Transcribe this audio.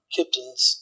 Kipton's